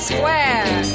Square